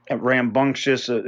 rambunctious